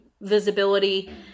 visibility